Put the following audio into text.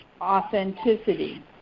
authenticity